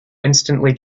instantly